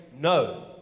No